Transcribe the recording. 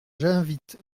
j’invite